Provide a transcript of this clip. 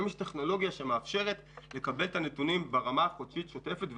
כיום יש טכנולוגיה שמאפשרת לקבל את הנתונים ברמה חודשית שוטפת.